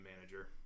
manager